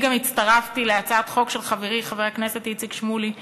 אני גם הצטרפתי להצעת חוק של חברי חבר הכנסת איציק שמולי,